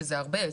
שזה הרבה,